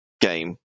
game